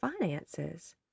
finances